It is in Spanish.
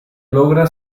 logra